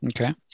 Okay